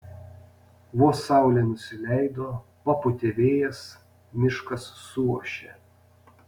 vos saulė nusileido papūtė vėjas miškas suošė